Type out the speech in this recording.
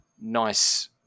nice